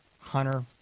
hunter